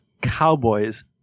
Cowboys